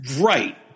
Right